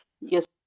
yes